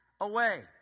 away